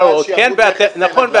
נכון,